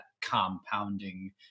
compounding